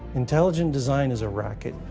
intelligent design is a racket.